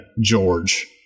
George